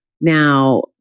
Now